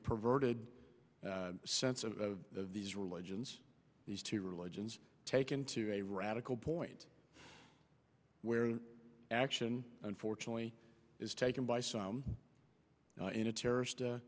perverted sense of these religions these two religions taken to a radical point where action unfortunately is taken by some in a terrorist